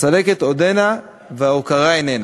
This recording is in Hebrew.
הצלקת עודנה וההוקרה איננה.